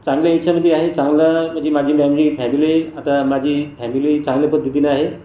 चांगल्या याच्यामध्ये आहे चांगल्या म्हणजे माझी मॅमली फॅमिली आता माझी फॅमिली चांगल्या पद्धतीने आहे